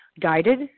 guided